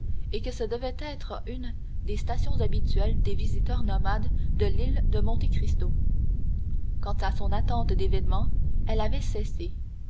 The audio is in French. et que ce devait être une des stations habituelles des visiteurs nomades de l'île de monte cristo quant à son attente d'événement elle avait cessé